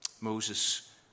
Moses